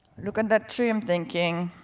looking at that tree, i'm thinking,